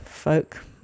folk